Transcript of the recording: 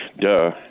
Duh